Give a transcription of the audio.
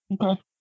Okay